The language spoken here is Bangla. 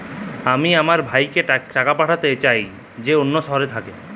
আমি আমার ভাইকে টাকা পাঠাতে চাই যে অন্য শহরে থাকে